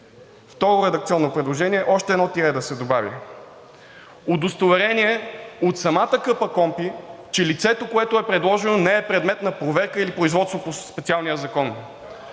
Второ редакционно предложение: още едно тире да се добави – удостоверение от самата КПКОНПИ, че лицето, което е предложено, не е предмет на проверка или производство по специалния закон.